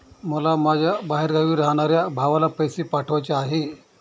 मला माझ्या बाहेरगावी राहणाऱ्या भावाला पैसे पाठवायचे आहे